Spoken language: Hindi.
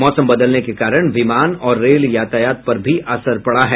मौसम बदलने के कारण विमान और रेल यातायात पर भी असर पड़ा है